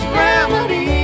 remedy